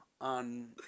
on